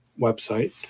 website